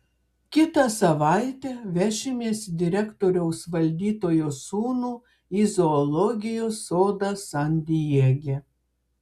kitą savaitę vešimės direktoriaus valdytojo sūnų į zoologijos sodą san diege